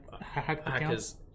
hackers